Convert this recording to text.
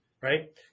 right